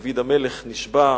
דוד המלך נשבע: